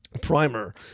primer